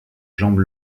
jambe